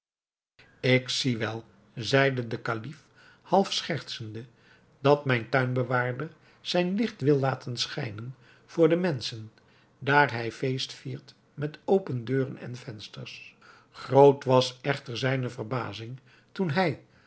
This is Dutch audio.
ik zie wel zeide de kalif half schertsende dat mijn tuinbewaarder zijn licht wil laten schijnen voor de menschen daar hij feest viert met open deuren en vensters groot was echter zijne verbazing toen hij